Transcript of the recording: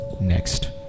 next